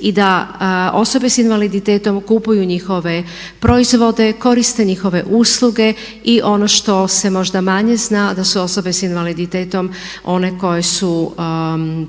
i da osobe s invaliditetom kupuju njihove proizvode, koriste njihove usluge i ono što se možda manje zna da su osobe s invaliditetom one koje su